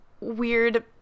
weird